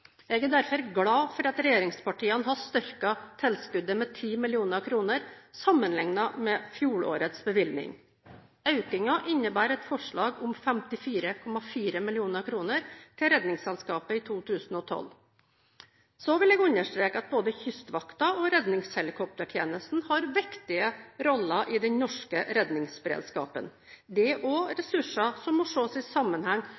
Jeg er derfor glad for at regjeringspartiene har styrket tilskuddet med 10 mill. kr sammenliknet med fjorårets bevilgning. Økningen innebærer et forslag om 54,4 mill. kr til Redningsselskapet i 2012. Så vil jeg understreke at både Kystvakten og redningshelikoptertjenesten har viktige roller i den norske redningsberedskapen. Det er også ressurser som må ses i sammenheng